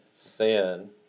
sin